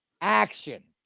action